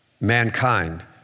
mankind